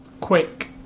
quick